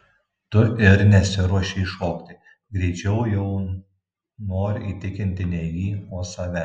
tu ir nesiruošei šokti greičiau jau noriu įtikinti ne jį o save